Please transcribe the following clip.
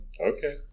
Okay